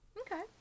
Okay